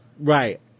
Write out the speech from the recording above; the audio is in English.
Right